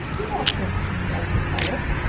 do not think of me as the caliph,